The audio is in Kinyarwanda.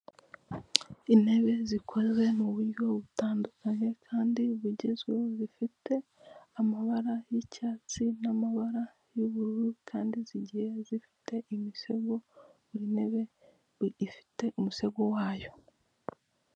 Intebe zikoze mu buryo butandukanye kandi bugezweho, zifite amabara y'icyatsi n'amabara y'ubururu kandi zigiye zifite imisego buri ntebe ifite umusego wayo.